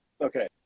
Okay